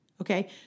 Okay